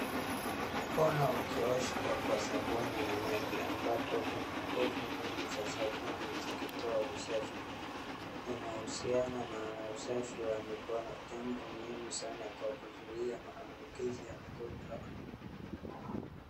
Mkono ukioshwa kwa sabuni na maji ambapo kuna pofu nyingi za sabuni zikitoa usafi, inahusiana na usafi wa mikono jambo muhimu sana kwa kuzuia maambukizi ya magonjwa.